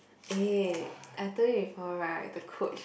eh I told you before right the coach